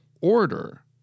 order